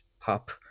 pop